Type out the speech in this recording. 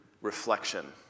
reflection